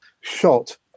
shot